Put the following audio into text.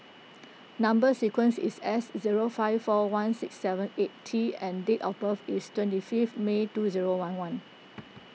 Number Sequence is S zero five four one six seven eight T and date of birth is twenty fifth May two zero one one